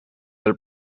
del